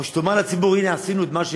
או שתאמר לציבור: הנה, עשינו את מה,